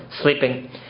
sleeping